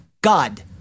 God